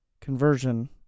conversion